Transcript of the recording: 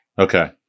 Okay